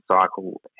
cycle